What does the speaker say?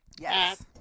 Yes